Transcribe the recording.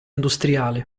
industriale